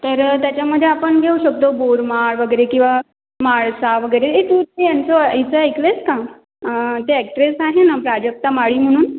तर त्याच्यामध्ये आपण घेऊ शकतो बोरमाळ वगैरे किंवा म्हाळसा वगैरे ए तू त्यांचं हिचं ऐकलं आहेस का ती ॲक्ट्रेस आहे ना प्राजक्ता माळी म्हणून